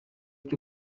cyo